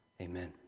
Amen